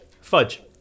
Fudge